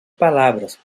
palavras